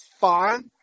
fine